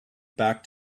back